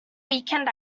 weekend